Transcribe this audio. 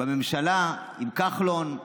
בממשלה עם כחלון.